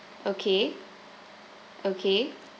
okay okay